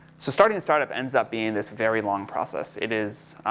so starting a startup ends up being this very long process. it is,